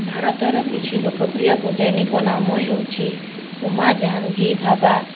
ଭାରତର କିଛି ଲୋକପ୍ରିୟ ବୈଜ୍ଞାନିକ ନାମ ହେଉଛି ହୁମା ଜାହାଙ୍ଗୀର ଭାବା